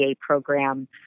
program